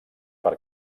per